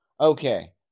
okay